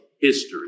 history